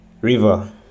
River